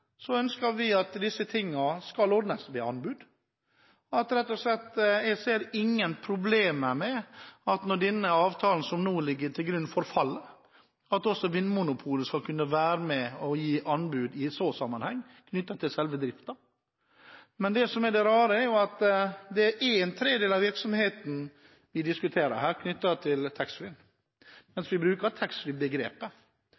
ønsker vi at disse tingene skal ordnes ved anbud, og jeg har ingen problemer med at også Vinmonopolet skal kunne være med og gi anbud knyttet til selve driften når denne avtalen som nå ligger til grunn, forfaller. Men det som er det rare, er at det er en tredjedel av taxfree-virksomheten vi diskuterer her,